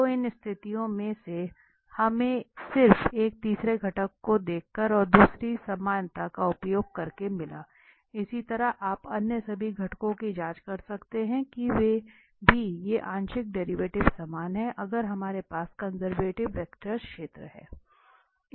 तो इन स्थितियों में से एक हमें सिर्फ इस तीसरे घटक को देखकर और दूसरी समानता का उपयोग करके मिला इसी तरह आप अन्य सभी घटकों की जांच कर सकते हैं कि वे भी ये आंशिक डेरिवेटिव समान हैं अगर हमारे पास कंजर्वेटिव वेक्टर क्षेत्र है